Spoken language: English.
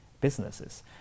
businesses